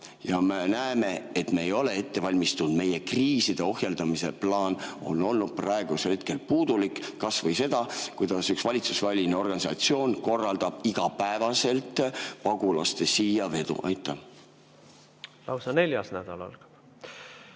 ja me näeme, et me ei ole valmistunud. Meie kriiside ohjeldamise plaan on olnud praegusel hetkel puudulik, [kui vaadata] kas või seda, kuidas üks valitsusväline organisatsioon korraldab igapäevaselt pagulaste siiavedu. Lausa neljas nädal algab.